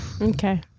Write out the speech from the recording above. okay